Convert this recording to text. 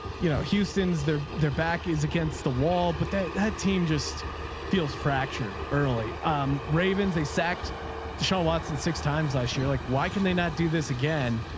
you know, houston's there, their back is against the wall. but that, that team just feels fractured early um ravens. they sacked the show watson six times last year. like why can they not do this again?